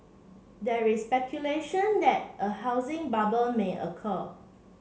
there is speculation that a housing bubble may occur